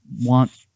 want